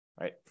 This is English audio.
right